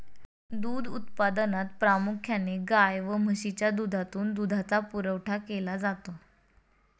दूध उत्पादनात प्रामुख्याने गाय व म्हशीच्या दुधातून दुधाचा पुरवठा केला जातो